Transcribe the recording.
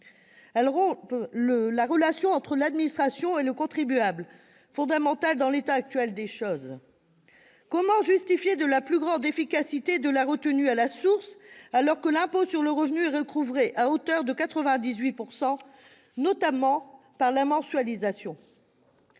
également la relation entre l'administration et le contribuable, pourtant fondamentale en l'état actuel des choses. Comment arguer de la plus grande efficacité de la retenue à la source, alors que l'impôt sur le revenu est recouvré à hauteur de 98 %, notamment au travers de la mensualisation ?